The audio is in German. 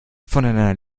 voneinander